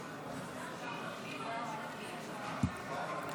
ההצבעה: 57 בעד, 42